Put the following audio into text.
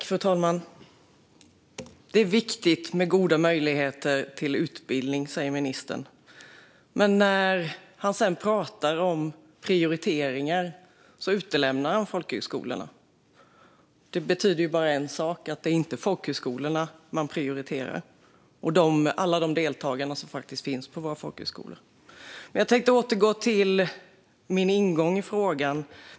Fru talman! Det är viktigt med goda möjligheter till utbildning, säger ministern. Men när han sedan pratar om prioriteringar utelämnar han folkhögskolorna. Det betyder ju bara en sak - att man inte prioriterar folkhögskolorna och alla dem som faktiskt finns på våra folkhögskolor. Jag tänkte återgå till min ingång i frågan.